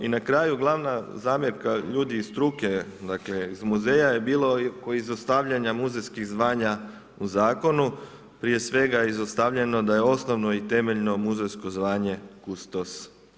I na kraju glavna zamjerka ljudi iz struke, dakle iz muzeja je bilo kod izostavljanja muzejskih zvanja u zakonu prije svega izostavljeno da je osnovno i temeljno muzejsko zvanje kustos.